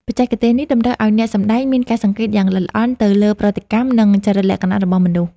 បច្ចេកទេសនេះតម្រូវឱ្យអ្នកសម្តែងមានការសង្កេតយ៉ាងល្អិតល្អន់ទៅលើប្រតិកម្ម និង ចរិតលក្ខណៈរបស់មនុស្ស។